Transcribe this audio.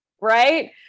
Right